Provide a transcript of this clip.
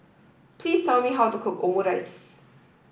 please tell me how to cook Omurice